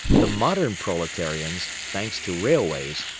the modern proletarians, thanks to railways,